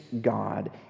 God